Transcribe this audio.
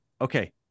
okay